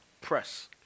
Press